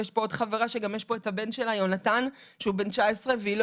יש פה עוד חברה שגם הבן שלה יהונתן בן 19 והיא לא